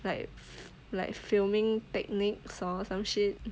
like fil~ like filming techniques or some shit